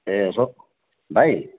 ए सप भाइ